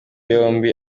yombi